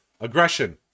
Aggression